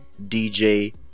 dj